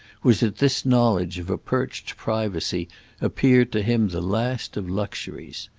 was that this knowledge of a perched privacy appeared to him the last of luxuries.